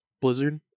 blizzard